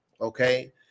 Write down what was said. okay